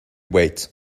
wait